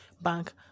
bank